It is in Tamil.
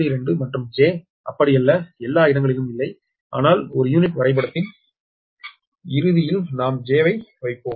2 மற்றும் j jj அப்படியல்ல எல்லா இடங்களிலும் இல்லை ஆனால் ஒரு யூனிட் வரைபடத்தின் இறுதியில் நாம் j ஐ வைப்போம்